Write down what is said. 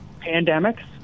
pandemics